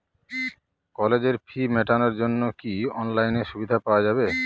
কলেজের ফি মেটানোর জন্য কি অনলাইনে সুবিধা পাওয়া যাবে?